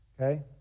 okay